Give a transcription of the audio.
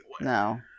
No